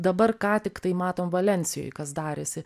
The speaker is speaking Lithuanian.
dabar ką tiktai matom valensijoj kas darėsi